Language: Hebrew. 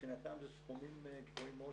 מבחינתם זה סכומים גבוהים מאוד,